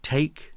Take